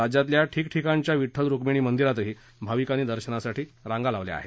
राज्यातल्या ठिकठिकाणच्या विठ्ठल रुक्मिणी मंदिरातही भाविकांनी दर्शनासाठी रांगा लावल्या आहेत